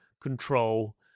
control